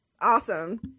Awesome